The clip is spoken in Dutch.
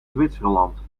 zwitserland